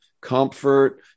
comfort